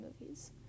movies